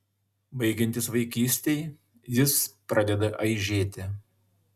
baigiantis vaikystei jis pradeda aižėti